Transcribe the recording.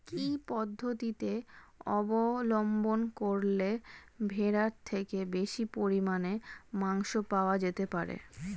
কি পদ্ধতিতে অবলম্বন করলে ভেড়ার থেকে বেশি পরিমাণে মাংস পাওয়া যেতে পারে?